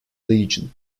legion